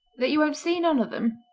that you won't see none of them?